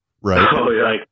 right